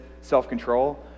self-control